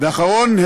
ואחרון,